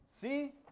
See